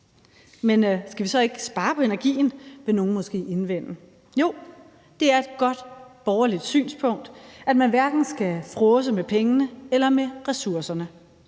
Men skal vi så ikke spare på energien? vil nogle måske indvende. Jo, det er et godt borgerligt synspunkt, at man hverken skal fråse med pengene eller med ressourcerne,